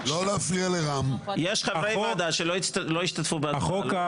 זה לא נכון, יש חברי ועדה שלא השתתפו בהצבעה.